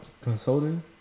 consulting